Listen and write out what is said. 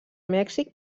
mèxic